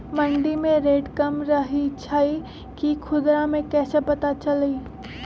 मंडी मे रेट कम रही छई कि खुदरा मे कैसे पता चली?